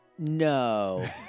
No